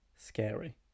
scary